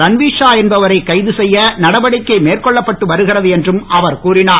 ரன்வீர் ஷா என்பரை கைது செய்ய நடவடிக்கை மேற்கொள்ளப்பட்டு வருகிறது என்றும் அவர் கூறினார்